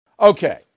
Okay